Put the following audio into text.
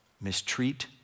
mistreat